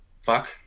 fuck